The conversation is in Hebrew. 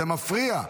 זה מפריע,